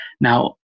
Now